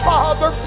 Father